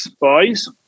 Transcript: boys